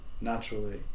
naturally